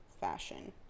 fashion